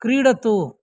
क्रीडतु